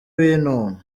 bintu